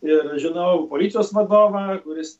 ir žinau policijos vadovą kuris